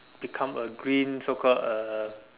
become a green so call a